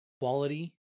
quality